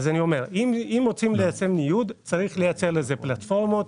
אם רוצים לייצר ניוד צריך לייצר לזה פלטפורמות,